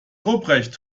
ruprecht